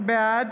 בעד